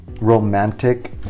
romantic